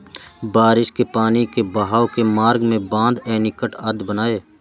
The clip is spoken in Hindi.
बारिश के पानी के बहाव के मार्ग में बाँध, एनीकट आदि बनाए